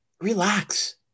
Relax